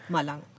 Malang